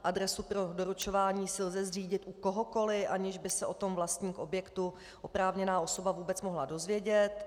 Adresu pro doručování si lze zřídit u kohokoli, aniž by se o tom vlastník objektu, oprávněná osoba, vůbec mohl dozvědět.